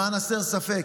למען הסר ספק,